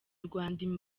rwanda